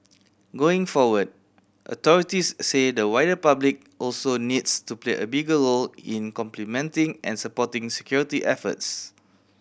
going forward authorities say the wider public also needs to play a bigger role in complementing and supporting security efforts